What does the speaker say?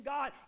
God